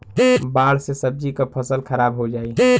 बाढ़ से सब्जी क फसल खराब हो जाई